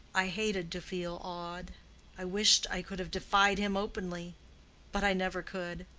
i hated to feel awed i wished i could have defied him openly but i never could.